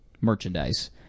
merchandise